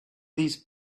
these